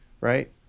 right